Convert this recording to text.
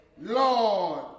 Lord